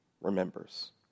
remembers